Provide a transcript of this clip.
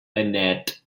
annette